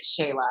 Shayla